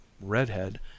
redhead